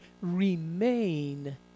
remain